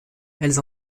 elles